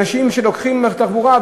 אנשים שלוקחים כלי תחבורה,